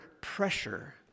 pressure